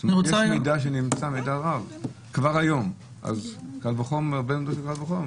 יש מידע רב שנמסר כבר היום אז קל וחומר ובן בנו של קל וחומר,